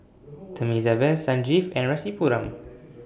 Thamizhavel Sanjeev and Rasipuram